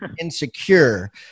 insecure